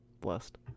Blessed